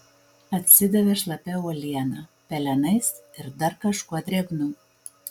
atsidavė šlapia uoliena pelenais ir dar kažkuo drėgnu